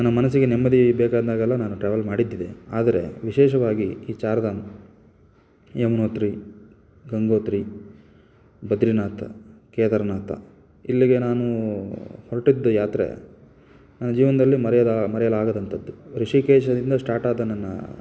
ನನ್ನ ಮನಸ್ಸಿಗೆ ನೆಮ್ಮದಿ ಬೇಕಂದಾಗೆಲ್ಲ ನಾನು ಟ್ರಾವೆಲ್ ಮಾಡಿದ್ದಿದೆ ಆದರೆ ವಿಶೇಷವಾಗಿ ಈ ಚಾರ್ ಧಾಮ್ ಯಮುನೋತ್ರಿ ಗಂಗೋತ್ರಿ ಬದರೀನಾಥ ಕೇದಾರನಾಥ ಇಲ್ಲಿಗೆ ನಾನು ಹೊರಟಿದ್ದು ಯಾತ್ರೆ ನನ್ನ ಜೀವನದಲ್ಲಿ ಮರೆಯದ ಮರೆಯಲಾಗದಂಥದ್ದು ಋಷಿಕೇಶದಿಂದ ಸ್ಟಾರ್ಟಾದ ನನ್ನ